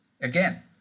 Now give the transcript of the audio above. Again